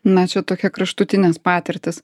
na čia tokia kraštutinės patirtys